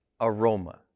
aroma